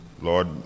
Lord